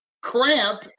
cramp